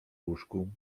łóżku